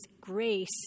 grace